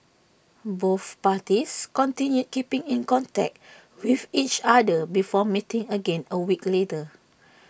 both parties continued keeping in contact with each other before meeting again A week later